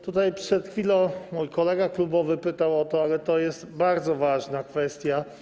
Tutaj przed chwilą mój kolega klubowy już pytał o to, ale to jest bardzo ważna kwestia.